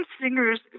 singers